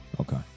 Okay